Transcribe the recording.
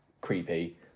creepy